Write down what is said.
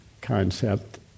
concept